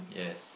yes